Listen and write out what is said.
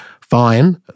Fine